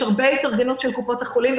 יש הרבה התארגנות של קופות החולים,